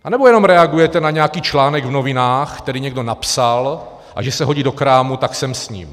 Nebo jenom reagujete na nějaký článek v novinách, který někdo napsal, a že se hodí do krámu, tak sem s ním?